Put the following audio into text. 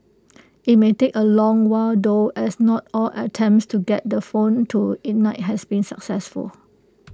IT may take A long while though as not all attempts to get the phone to ignite has been successful